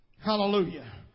Hallelujah